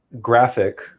graphic